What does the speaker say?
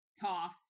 cough